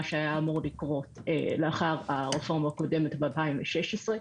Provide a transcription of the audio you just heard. מה שהיה אמור לקרות לאחר הרפורמה הקודמת ב-2016,